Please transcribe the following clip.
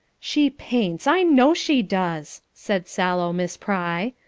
she paints, i know she does! said sallow miss pry.